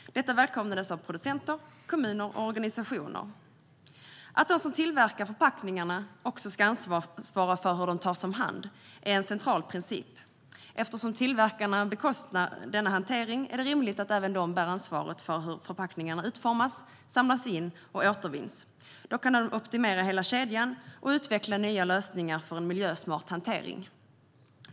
Detta välkomnades av producenter, kommuner och organisationer. Att de som tillverkar förpackningarna också ska ansvara för hur de tas om hand är en central princip. Eftersom tillverkarna bekostar denna hantering är det rimligt att de även bär ansvaret för hur förpackningarna utformas, samlas in och återvinns. Då kan de optimera hela kedjan och utveckla nya lösningar för en miljösmart hantering.